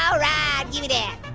all right, gimme that!